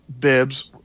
bibs